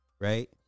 Right